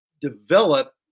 develop